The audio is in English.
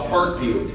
Parkview